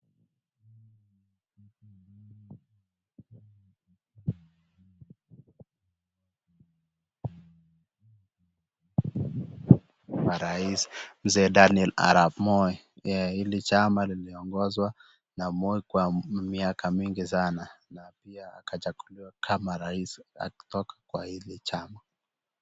Marais. Mzee Daniel Arab Moi. hili chama liliongozwa na Moi kwa miaka mingi sana na pia akachaguliwa kama rais kutoka kwa hili chama.